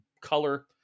color